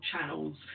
channels